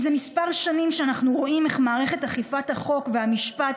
זה שנים מספר שאנחנו רואים איך מערכת אכיפת החוק והמשפט